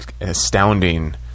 astounding